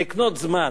לקנות זמן.